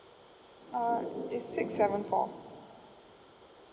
uh it's six seven four